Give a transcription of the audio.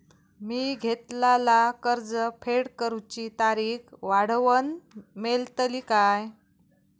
मी घेतलाला कर्ज फेड करूची तारिक वाढवन मेलतली काय?